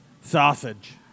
Sausage